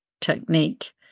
technique